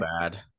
bad